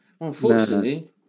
Unfortunately